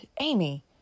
Amy